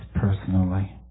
personally